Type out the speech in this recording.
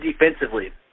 defensively